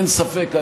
אין ספק,